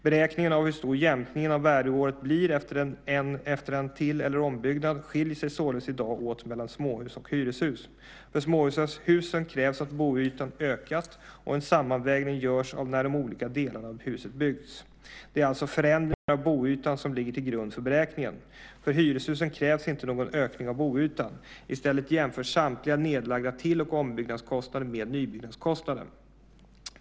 Beräkningen av hur stor jämkningen av värdeåret blir efter en till eller ombyggnad skiljer sig således i dag åt mellan småhus och hyreshus. För småhusen krävs att boytan ökat, och en sammanvägning görs av när de olika delarna av huset byggts. Det är alltså förändringar av boytan som ligger till grund för beräkningen. För hyreshusen krävs inte någon ökning av boytan. I stället jämförs samtliga nedlagda till och ombyggnadskostnader med nybyggnadskostnaden.